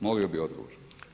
Molio bih odgovor.